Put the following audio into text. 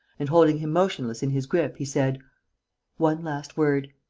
and, holding him motionless in his grip, he said one last word.